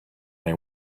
they